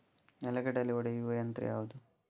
ನೆಲಗಡಲೆ ಒಡೆಯುವ ಯಂತ್ರ ಯಾವುದು?